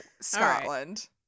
Scotland